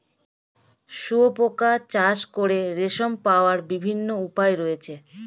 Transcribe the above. শুঁয়োপোকা চাষ করে রেশম পাওয়ার বিভিন্ন উপায় রয়েছে